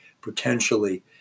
potentially